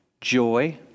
joy